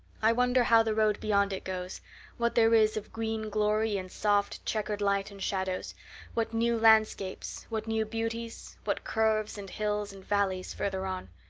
i wonder how the road beyond it goes what there is of green glory and soft, checkered light and shadows what new landscapes what new beauties what curves and hills and valleys further on.